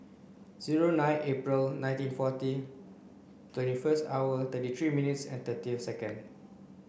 zero nine April nineteen forty twenty first hour thirty three minutes and thirty seconds